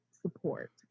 support